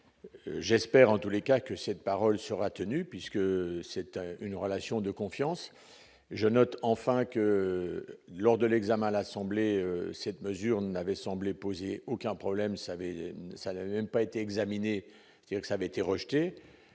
j'espère en tous les cas que cette parole sera tenu puisque c'était une relation de confiance, je note enfin que lors de l'examen à l'Assemblée, cette mesure n'avait semblé poser aucun problème, mais ça l'avait même pas été examinée sexe avait été rejetée,